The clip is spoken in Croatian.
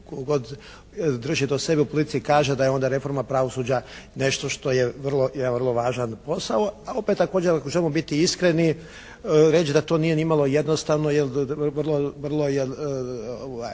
god drži do sebe u politici kaže da je onda reforma pravosuđa nešto što je vrlo, jedan vrlo važan posao, a opet također ako želimo biti iskreni reći da to nije nimalo jednostavno jer, vrlo